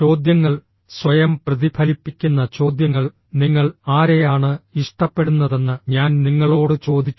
ചോദ്യങ്ങൾ സ്വയം പ്രതിഫലിപ്പിക്കുന്ന ചോദ്യങ്ങൾ നിങ്ങൾ ആരെയാണ് ഇഷ്ടപ്പെടുന്നതെന്ന് ഞാൻ നിങ്ങളോട് ചോദിച്ചു